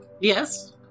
Yes